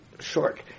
short